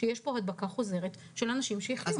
שיש פה הדבקה חוזרת של אנשים שהחלימו.